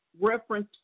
reference